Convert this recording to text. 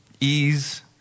ease